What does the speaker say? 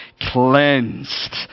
cleansed